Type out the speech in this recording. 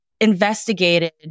investigated